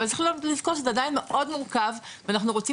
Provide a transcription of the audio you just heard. אבל צריך לזכור שזה עדיין מאוד מורכב ואנחנו רוצים